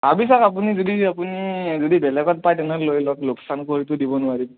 আমি চাওক আপুনি যদি আপুনি যদি বেলেগত পায় তেনেহ'লে লৈ লওক লোকচান কৰিতো দিব নোৱাৰিম